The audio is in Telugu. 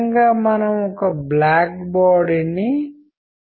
ఆపై మనము లావాదేవీల నమూనాల వైపు వెళ్తాము